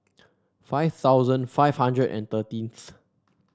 five thousand five hundred and thirteenth